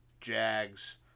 Jags